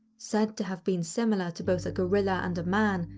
said to have been similar to both a gorilla and a man,